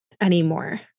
anymore